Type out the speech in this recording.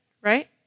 right